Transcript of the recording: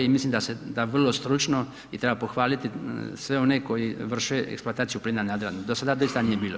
I mislim da vrlo stručno i treba pohvaliti sve one koji vrše eksploataciju plina na Jadranu, do sada doista nije bilo.